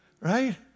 right